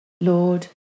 Lord